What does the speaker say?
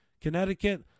Connecticut